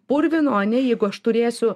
purvino ane jeigu aš turėsiu